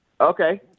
Okay